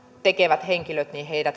tekevät henkilöt